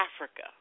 Africa